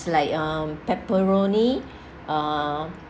like um pepperoni uh